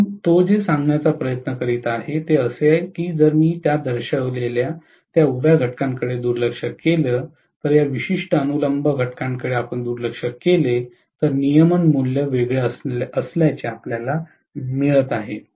म्हणून तो जे सांगण्याचा प्रयत्न करीत आहे ते असे की जर मी त्या दर्शवलेल्या त्या उभ्या घटकाकडे दुर्लक्ष केले तर या विशिष्ट अनुलंब घटकाकडे आपण दुर्लक्ष केले तर नियमन मूल्य वेगळे असल्याचे आपल्याला मिळत आहे